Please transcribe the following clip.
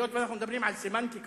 היות שאנחנו מדברים על סמנטיקה,